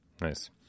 Nice